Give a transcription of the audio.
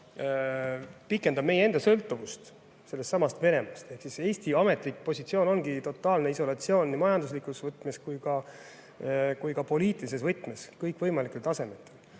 pikendab meie enda sõltuvust sellestsamast Venemaast. Ehk Eesti ametlik positsioon ongi totaalne isolatsioon nii majanduslikus võtmes kui ka poliitilises võtmes, kõikvõimalikel tasemetel.